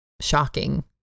shocking